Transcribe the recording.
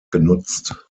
genutzt